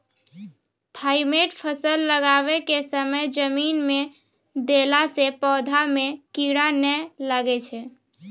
Thimet फ़सल लगाबै के समय जमीन मे देला से पौधा मे कीड़ा नैय लागै छै?